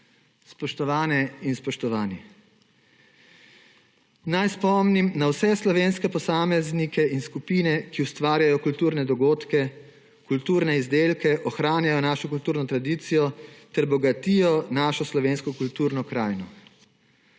Spoštovane in spoštovani! Naj spomnim na vse slovenske posameznike in skupine, ki ustvarjajo kulturne dogodke, kulturne izdelke, ohranjajo našo kulturno tradicijo ter bogatijo našo slovensko kulturno krajino.